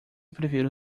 prefiro